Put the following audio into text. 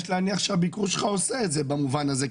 יש להניח שהביקור שלך עושה את זה במובן הזה,